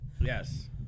Yes